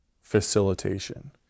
facilitation